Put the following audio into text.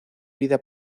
vida